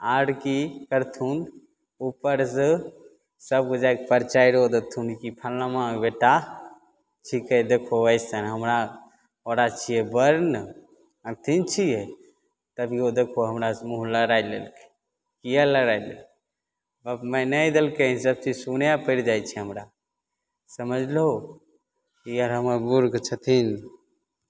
आर कि करथुन उपरसँ सबके जाके परचाइरो देथुन कि फलामाके बेटा छीके देखो अइसन हमरा ओकरा छियै वर ने अथी छियै तभियो देखो हमरासँ मुँह लड़ाइ लेलकइ किएक लड़ाइ लेलकइ बाप माय नहि देलकइ ई सबचीज सुनय पड़ि जाइ छै हमरा समझलहु ई अर हमर बूढ़ छथिन